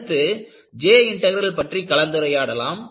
அடுத்து J integral பற்றிக் கலந்துரையாடலாம்